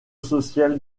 social